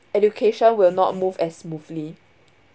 education will not move as smoothly